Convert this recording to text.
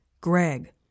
Greg